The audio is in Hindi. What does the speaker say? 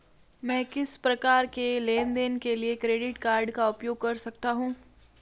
मैं किस प्रकार के लेनदेन के लिए क्रेडिट कार्ड का उपयोग कर सकता हूं?